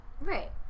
right